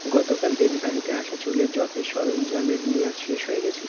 গতকাল ডেলিভারিতে আসা চুলের যত্নের সরঞ্জামের মেয়াদ শেষ হয়ে গিয়েছে